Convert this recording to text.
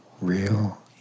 real